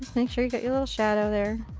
make sure you got your little shadow there.